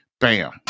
Bam